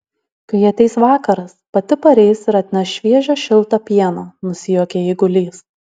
kai ateis vakaras pati pareis ir atneš šviežio šilto pieno nusijuokė eigulys